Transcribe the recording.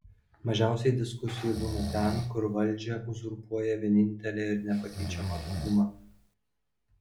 mažiausiai diskusijų būna ten kur valdžią uzurpuoja vienintelė ir nepakeičiama dauguma